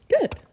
good